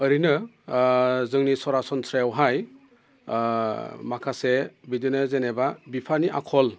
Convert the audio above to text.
ओरैनो जोंनि सरासनस्रायावहाय माखासे बिदिनो जेनेबा बिफानि आखल